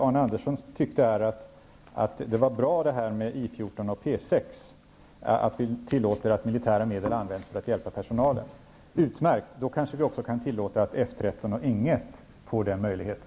Arne Andersson tyckte att det var bra med besluten angående I 14 och P 6, dvs. att vi tillåter att militära medel används för att hjälpa personalen. Det är utmärkt. Då kanske vi också kan tillåta att F 13 och Ing I får den möjligheten.